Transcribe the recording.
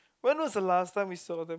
when was the last time we saw them